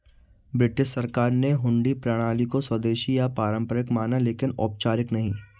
British सरकार ने हुंडी प्रणाली को स्वदेशी या पारंपरिक माना लेकिन अनौपचारिक नहीं